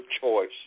choice